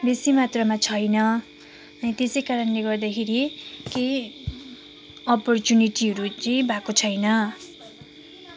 बेसी मात्रमा छैन अनि त्यसै कारणले गर्दाखेरि केही अपरचुनेटीहरू चाहिँ भएको छैन